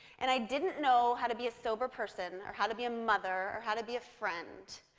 and i didn't know how to be a sober person, or how to be a mother, or how to be a friend,